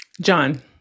John